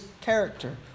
character